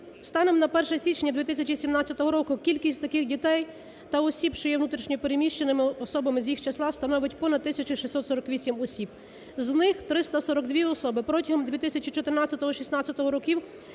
Станом на 1 січня 2017 року кількість таких дітей та осіб, що є внутрішньо переміщеними особами з їх числа, становить понад тисячу 648 осіб, з них 342 особи протягом 2014-2016 років